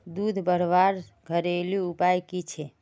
दूध बढ़वार घरेलू उपाय की छे?